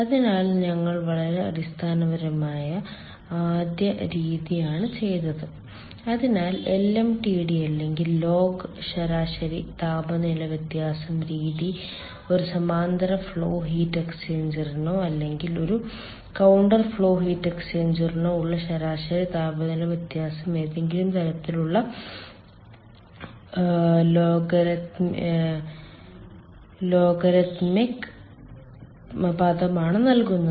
അതിനാൽ ഞങ്ങൾ വളരെ അടിസ്ഥാനപരമായ ആദ്യ രീതിയാണ് ചെയ്തത് അതിനായി LMTD അല്ലെങ്കിൽ ലോഗ് ശരാശരി താപനില വ്യത്യാസം രീതി ഒരു സമാന്തര ഫ്ലോ ഹീറ്റ് എക്സ്ചേഞ്ചറിനോ അല്ലെങ്കിൽ ഒരു കൌണ്ടർ ഫ്ലോ ഹീറ്റ് എക്സ്ചേഞ്ചറിനോ ഉള്ള ശരാശരി താപനില വ്യത്യാസം ഏതെങ്കിലും തരത്തിലുള്ള ലോഗരിഥമിക് പദമാണ് നൽകുന്നത്